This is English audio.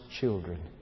children